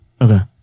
Okay